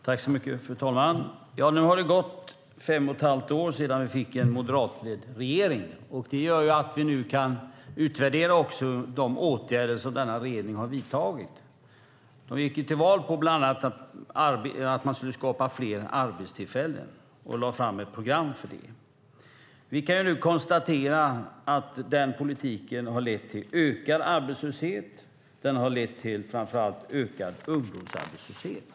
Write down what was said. Fru talman! Nu har det gått fem och ett halvt år sedan vi fick en moderatledd regering. Det gör att vi nu kan utvärdera de åtgärder som denna regering har vidtagit. Man gick till val på att man bland annat skulle skapa fler arbetstillfällen och lade fram ett program för det. Vi kan nu konstatera att den politiken har lett till ökad arbetslöshet och framför allt till ökad ungdomsarbetslöshet.